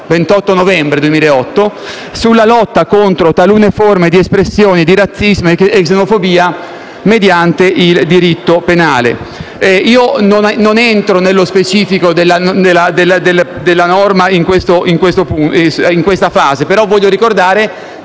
28 novembre 2008 - sulla lotta contro talune forme di espressione di razzismo e xenofobia mediante il diritto penale. Non entro nello specifico della norma in questa fase, però voglio ricordare